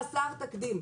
חסר תקדים,